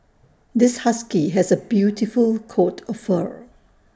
this husky has A beautiful coat of fur